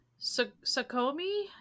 sakomi